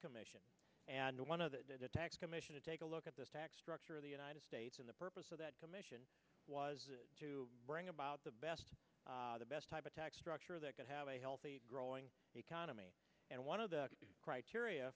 commission and one of the attacks commission to take a look at this tax structure of the united states in the purpose of that commission was to bring about the best the best type attack structure that could have a healthy growing economy and one of the criteria